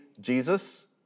Jesus